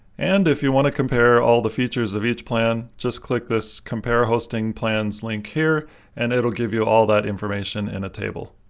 and if you want to compare all of the features of each plan, just click this compare hosting plans link here and it'll give you all that information in a table.